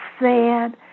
sad